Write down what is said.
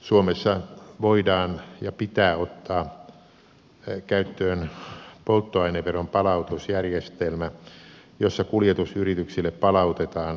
suomessa voidaan ja pitää ottaa käyttöön polttoaineveron palautusjärjestelmä jossa kuljetusyrityksille palautetaan maksettua polttoaineveroa